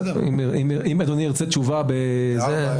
אם אדוני ירצה תשובה --- הבנתי.